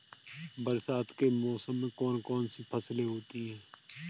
बरसात के मौसम में कौन कौन सी फसलें होती हैं?